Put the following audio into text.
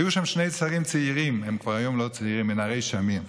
היו שם שני שרים צעירים מנערי שמיר,